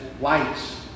lights